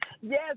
Yes